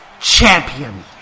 champion